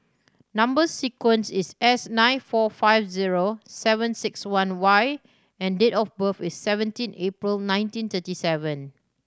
number sequence is S nine four five zero seven six one Y and date of birth is seventeen April nineteen thirty seven